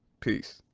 peace.